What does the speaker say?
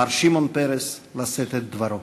מר שמעון פרס, לשאת את דברו.